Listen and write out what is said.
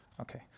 Okay